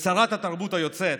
ושרת התרבות היוצאת,